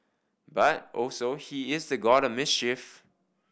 but also he is the god of mischief